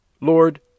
Lord